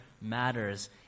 matters